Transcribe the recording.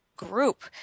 group